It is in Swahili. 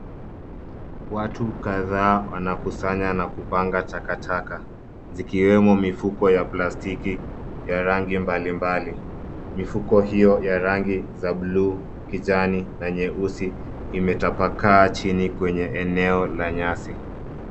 Watu kadhaa wanakusanya na kupanga takataka zikiwemo mifuko ya plastiki ya rangi mbalimbali. Mifuko hiyo ya rangi za buluu, kijani na nyeusi imetapakaa chini kwenye eneo la nyasi.